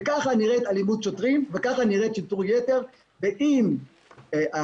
כך נראית אלימות שוטרים וכך נראה שיטור יתר ואם השוטרים